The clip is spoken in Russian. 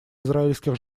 израильских